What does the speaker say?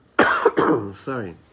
Sorry